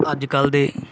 ਅੱਜ ਕੱਲ੍ਹ ਦੇ